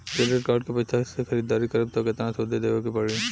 Credit card के पैसा से ख़रीदारी करम त केतना सूद देवे के पड़ी?